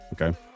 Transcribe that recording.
Okay